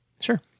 Sure